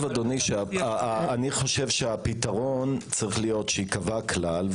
אני חושב שהפתרון צריך להיות שייקבע כלל,